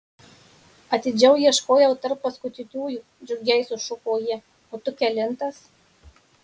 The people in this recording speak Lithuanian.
atidžiau ieškojau tarp paskutiniųjų džiugiai sušuko ji o tu kelintas